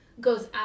goes